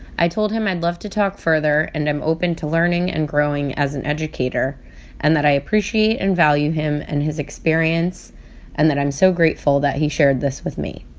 i told him i'd love to talk further. and i'm open to learning and growing as an educator and that i appreciate and value him and his experience and that i'm so grateful that he shared this with me.